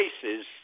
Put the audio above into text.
cases